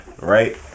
right